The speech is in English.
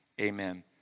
amen